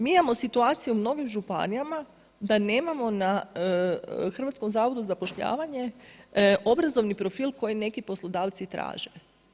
Mi imamo situaciju u mnogim županijama, da nemamo na Hrvatskom zavodu za zapošljavanje obrazovni profil koji neki poslodavci traže.